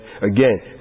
Again